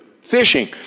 fishing